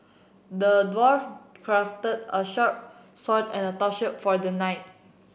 the dwarf crafted a shirt sword and a down shirt for the knight